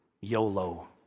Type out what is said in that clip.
YOLO